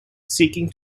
seeking